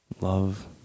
Love